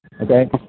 Okay